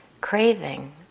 craving